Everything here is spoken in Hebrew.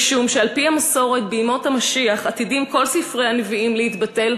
משום שעל-פי המסורת בימות המשיח עתידים כל ספרי הנביאים להתבטל,